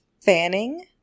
Fanning